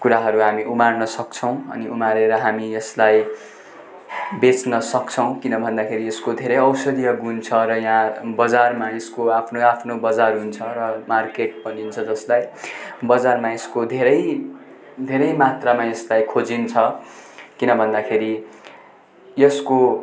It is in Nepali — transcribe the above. कुराहरू हामी उमार्न सक्छौँ अनि उमारेर हामी यसलाई बेच्न सक्छौँ किन भन्दाखेरि यसको धेरै औषधीय गुण छ र यहाँ बजारमा यसको आफ्नो आफ्नो बजार हुन्छ र मार्केट भनिन्छ जसलाई बजारमा यसको धेरै धेरै मात्रामा यसलाई खोजिन्छ किन भन्दाखेरि यसको